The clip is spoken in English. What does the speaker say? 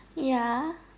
ya